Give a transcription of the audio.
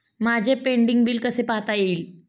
माझे pending bill कसे पाहता येईल?